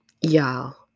Y'all